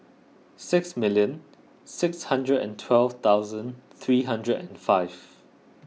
six million six hundred and twelve thousand three hundred and five